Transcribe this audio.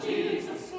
Jesus